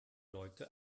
leute